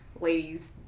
ladies